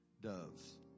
doves